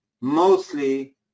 mostly